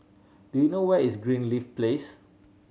do you know where is Greenleaf Place